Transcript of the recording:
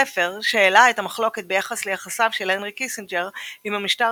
ספר שהעלה את המחלוקת ביחס ליחסיו של הנרי קיסינג'ר עם המשטר